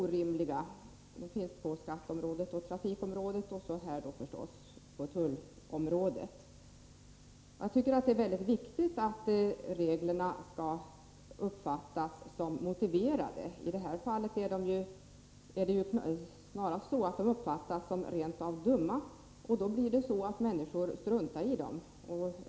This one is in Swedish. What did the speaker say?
Dessa finns bl.a. på skatteområdet, på trafikområdet och på tullområdet. Jag tycker att det är viktigt att regler skall uppfattas som motiverade. I det här fallet är det snarast så att de uppfattas som rent av dumma, och då blir det så att människor struntar i dem.